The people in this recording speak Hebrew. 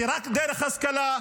כי רק דרך השכלה,